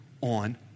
on